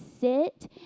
sit